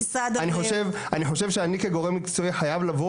אני חושב שאני כגורם מקצועי חייב לבוא